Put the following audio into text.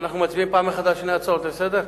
אנחנו מצביעים פעם אחת על שתי ההצעות לסדר-היום?